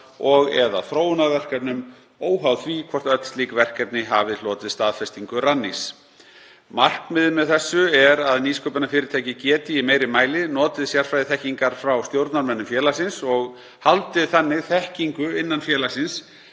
og/eða þróunarverkefnum óháð því hvort öll slík verkefni hafi hlotið staðfestingu Rannís. Markmiðið með þessu er að nýsköpunarfyrirtæki geti í meiri mæli notið sérfræðiþekkingar frá stjórnarmönnum félagsins og haldið þannig þekkingu innan félagsins